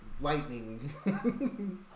lightning